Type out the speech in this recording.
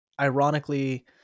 ironically